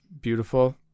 beautiful